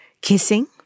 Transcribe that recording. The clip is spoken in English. Kissing